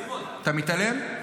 אתה מתעלם?